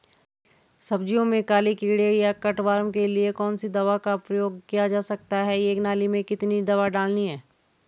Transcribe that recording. सब्जियों में काले कीड़े या कट वार्म के लिए कौन सी दवा का प्रयोग किया जा सकता है एक नाली में कितनी दवा डालनी है?